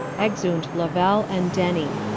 exeunt. louell and denny.